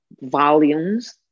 volumes